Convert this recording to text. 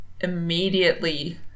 immediately